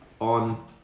on